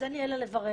אז אין לי אלא לברך.